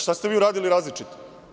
Šta ste vi uradili različito?